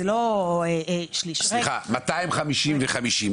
סליחה, 250 ו-50.